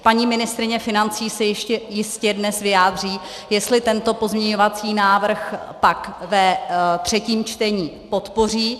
Paní ministryně financí se jistě ještě dnes vyjádří, jestli tento pozměňovací návrh pak ve třetím čtení podpoří.